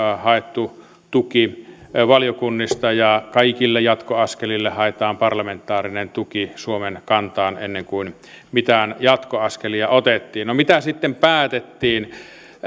haettu tuki valiokunnista ja kaikille jatkoaskelille haetaan parlamentaarinen tuki suomen kantaan ennen kuin mitään jatkoaskelia otettiin no mitä sitten päätettiin